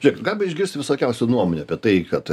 žiūrėk galime išgirsti visokiausių nuomonių apie tai kad